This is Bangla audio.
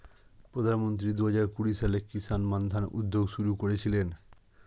প্রধানমন্ত্রী দুহাজার কুড়ি সালে কিষান মান্ধান উদ্যোগ শুরু করেছিলেন